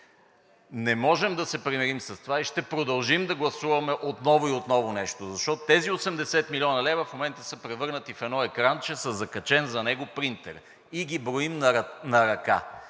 Не можем да се примирим с това и ще продължим да гласуваме отново и отново нещо, защото тези 80 млн. лв. в момента са превърнати в едно екранче със закачен на него принтер и ги броим на ръка.